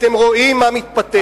אתם רואים מה מתפתח,